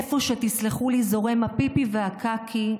איפה שזורמים הפיפי והקקי,